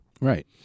Right